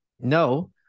No